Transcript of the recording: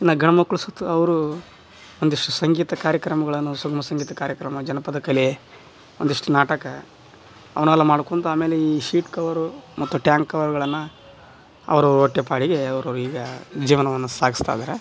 ಇನ್ನ ಗಂಡು ಮಕ್ಕಳು ಸುತ್ತು ಅವರು ಒಂದಿಷ್ಟು ಸಂಗೀತ ಕಾರ್ಯಕ್ರಮಗಳನ್ನ ಸುಗಮ ಸಂಗೀತ ಕಾರ್ಯಕ್ರಮ ಜನಪದ ಕಲೆ ಒಂದಿಷ್ಟು ನಾಟಕ ಅವನ್ನೆಲ್ಲ ಮಾಡ್ಕೊಳ್ತಾ ಆಮೇಲೆ ಈ ಶೀಟ್ ಕವರು ಮತ್ತು ಟ್ಯಾಂಕ್ ಕವರ್ಗಳನ್ನ ಅವರು ಹೊಟ್ಟೆ ಪಾಡಿಗೆ ಅವರು ಈಗ ಜೀವನವನ್ನ ಸಾಗ್ಸ್ತಾಯಿದ್ದಾರೆ